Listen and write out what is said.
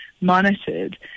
monitored